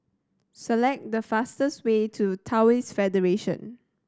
select the fastest way to Taoist Federation